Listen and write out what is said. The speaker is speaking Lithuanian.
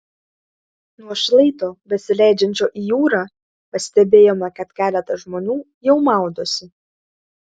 nuo šlaito besileidžiančio į jūrą pastebėjome kad keletas žmonių jau maudosi